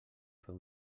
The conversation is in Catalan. fer